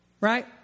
Right